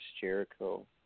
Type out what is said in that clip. Jericho